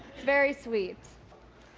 very sweet.